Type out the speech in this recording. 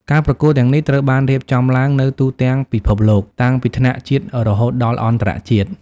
ការប្រកួតទាំងនេះត្រូវបានរៀបចំឡើងនៅទូទាំងពិភពលោក តាំងពីថ្នាក់ជាតិរហូតដល់អន្តរជាតិ។